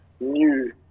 new